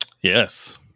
Yes